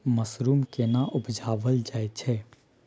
Mushroom केना उबजाबल जाय छै?